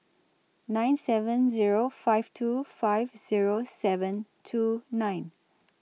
nine seven Zero five two five Zero seven two nine